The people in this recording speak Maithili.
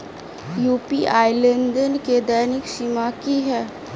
यु.पी.आई लेनदेन केँ दैनिक सीमा की है?